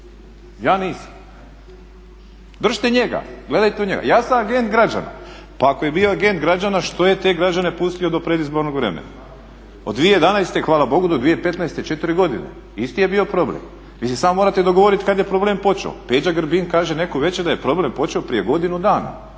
Ja nisam, držite njega, gledajte u njega. Ja sam agent građana. Pa ako je bio agent građana što je te građane pustio do predizbornog vremena. Od 2011. hvala bogu do 2015. je 4 godine, isti je bio problem. Vi se samo morate dogovoriti kad je problem počeo. Peđa Grbin kaže neku večer da je problem počeo prije godinu dana.